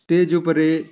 stage ଉପରେ